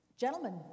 Gentlemen